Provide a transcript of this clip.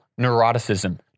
neuroticism